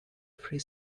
three